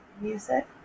music